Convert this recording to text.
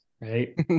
Right